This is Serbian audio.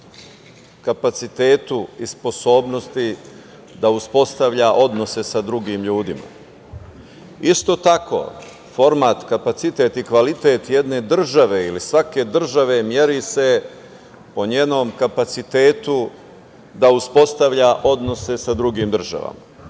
kapacitetu i sposobnosti da uspostavlja odnose sa drugim ljudima. Isto tako, format, kapacitet i kvalitet jedne države ili svake države meri se po njenom kapacitetu da uspostavlja odnose sa drugim državama.